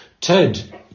ted